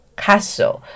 castle 。